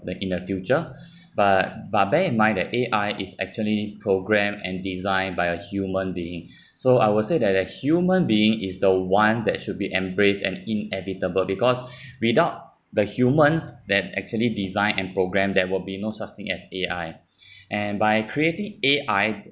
the in the future but but bear in mind that A_I is actually programmed and designed by a human being so I will say that a human being is the one that should be embraced and inevitable because without the humans that actually design and programme there will be no such thing as A_I and by creating A_I